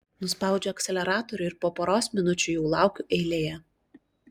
nuspaudžiu akceleratorių ir po poros minučių jau laukiu eilėje